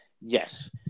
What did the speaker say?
Yes